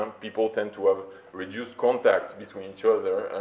um people tend to have reduced contacts between each other,